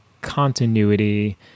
continuity